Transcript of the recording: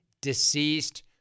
deceased